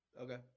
Okay